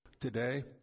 today